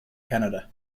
canada